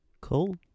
Cool